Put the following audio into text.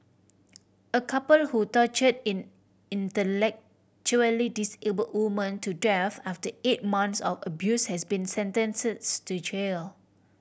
a couple who torture in intellectually disable woman to death after eight months of abuse has been sentence to jail